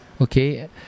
Okay